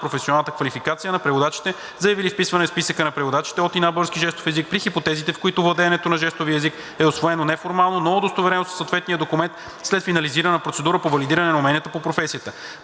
професионалната квалификация на преводачите, заявили вписване в Списъкa на преводачите от и на български жестов език, при хипотезите, в които владеенето на жестовия език е усвоено неформално, но удостоверено със съответния документ след финализирана процедура по валидиране на уменията по професията.